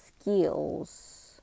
skills